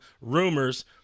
rumors